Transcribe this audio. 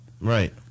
right